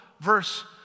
verse